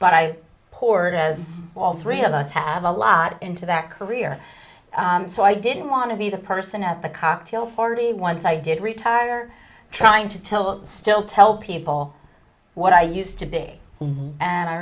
but i poor as all three of us have a lot into that career so i didn't want to be the person at the cocktail party once i did retire trying to tell still tell people what i used to be and i